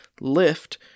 Lift